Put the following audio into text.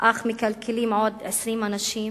אך מכלכלים עוד 20 אנשים?